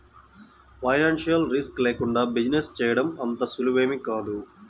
financial risk లేకుండా business చేయడం అంత సులువేమీ కాదు